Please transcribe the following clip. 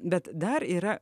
bet dar yra